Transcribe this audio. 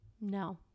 No